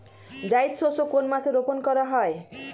জায়িদ শস্য কোন মাসে রোপণ করা হয়?